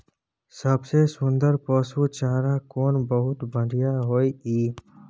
सबसे सुन्दर पसु चारा कोन बहुत बढियां होय इ?